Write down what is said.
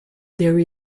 there